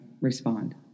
Respond